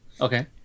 Okay